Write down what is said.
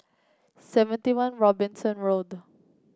Seventy One Robinson Road